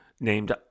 named